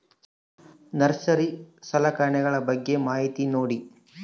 Nursery ಸಲಕರಣೆಗಳ ಬಗ್ಗೆ ಮಾಹಿತಿ ನೇಡಿ?